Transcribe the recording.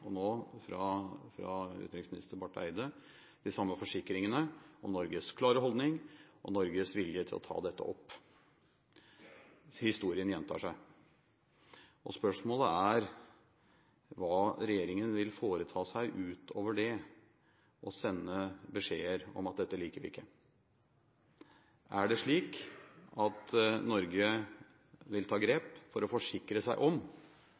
og fra utenriksminister Barth Eide nå fått de samme forsikringene om Norges klare holdning og Norges vilje til å ta dette opp. Historien gjentar seg. Spørsmålet er hva regjeringen vil foreta seg utover å sende beskjeder om at dette liker vi ikke. Er det slik at Norge vil ta grep for å forsikre seg om